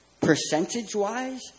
percentage-wise